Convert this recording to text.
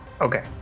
Okay